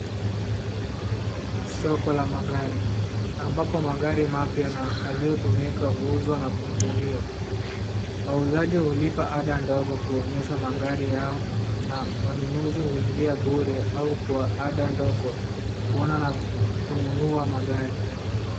Soko la magari ambapo magari mapywa na yaliyotumika huuzwa na kununuliwa. Wauzaji hulipa ada ndogo kuonyesha magari yao na wanunuzi huingia bure au kwa ada ndogo kuona na kununua magari.